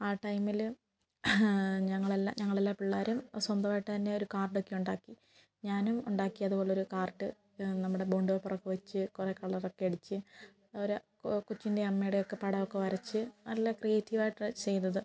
ആ ടൈമിൽ ഞങ്ങളെല്ലാ ഞങ്ങളെല്ലാ പിള്ളേരും സ്വന്തമായിട്ടുതന്നെ ഒരു കാർഡ് ഒക്കെ ഉണ്ടാക്കി ഞാനും ഉണ്ടാക്കി അതുപോലൊരു കാർഡ് നമ്മുടെ ബോണ്ട് പേപ്പർ ഒക്കെ വെച്ച് കുറേ കളർ ഒക്കെ അടിച്ച് ഓരോ കൊച്ചിൻ്റെയും അമ്മയുടെയും ഒക്കെ പടമൊക്കെ വരച്ച് നല്ല ക്രീയേറ്റീവ് ആയിട്ടാണ് ചെയ്തത്